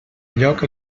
lloc